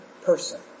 person